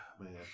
Man